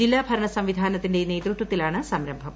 ജില്ലാ ഭരണസംവിധാനത്തിന്റെ നേതൃത്വത്തിലാണ് സംരംഭം